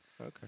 Okay